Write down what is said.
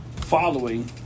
following